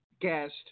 guest